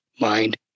mind